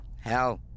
Hell